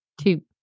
two